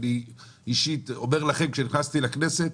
אני אישית אומר לכם, כשנכנסתי לכנסת,